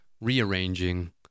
rearranging